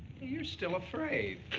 you're still afraid.